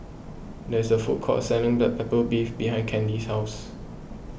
there is a food court selling Black Pepper Beef behind Candi's house